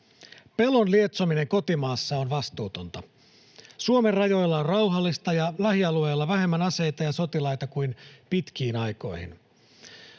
Pelon lietsominen kotimaassa on vastuutonta. Suomen rajoilla on rauhallista ja lähialueilla vähemmän aseita ja sotilaita kuin pitkiin aikoihin.